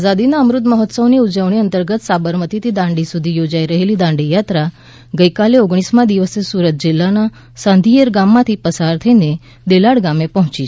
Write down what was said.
આઝાદીના અમૃત મહોત્સવની ઉજવણી અંતર્ગત સાબરમતીથી દાંડી સુધી યોજાઇ રહેલી દાંડીયાત્રા ગઇકાલે ઓગણીસમાં દિવસે સુરત જિલ્લાના સાંધિયેર ગામમાંથી પસાર થઈને દેલાડ ગામે પહોંચી છે